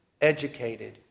educated